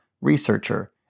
researcher